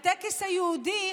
הטקס היהודי,